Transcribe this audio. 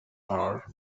bar